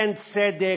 אין צדק,